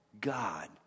God